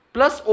Plus